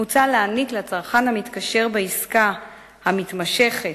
מוצע להעניק לצרכן המתקשר בעסקה המתמשכת